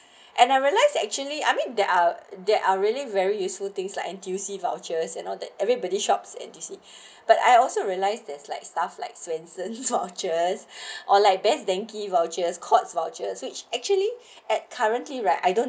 and I realize actually I mean there are there are really very useful things like N_T_U_C vouchers you know that everybody shops N_T_C but I also realize there's like stuff like swensens vouchers or like Best Denki vouchers courts vouchers which actually at currently right I don't